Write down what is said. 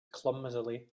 clumsily